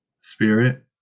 Spirit